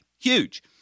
huge